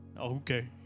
okay